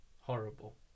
horrible